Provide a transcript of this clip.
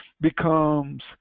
becomes